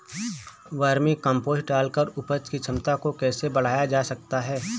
Vermi compost डालकर उपज की क्षमता को कैसे बढ़ाया जा सकता है?